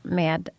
med